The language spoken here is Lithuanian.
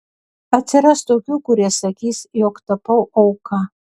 atsiras tokių kurie sakys jog tapau auka